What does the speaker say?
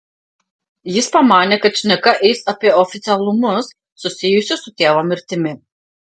jis pamanė kad šneka eis apie oficialumus susijusius su tėvo mirtimi